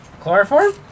Chloroform